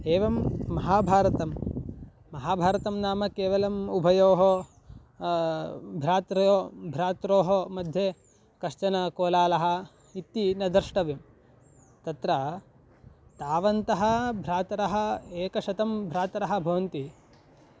एवं महाभारतं महाभारतं नाम केवलम् उभयोः भ्रात्रयो भ्रात्रोः मध्ये कश्चन कोलाहलः इति न द्रष्टव्यं तत्र तावन्तः भ्रातरः एकशतं भ्रातरः भवन्ति